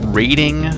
rating